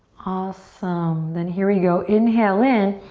awesome. then here we go, inhale in.